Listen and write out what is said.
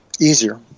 easier